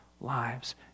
lives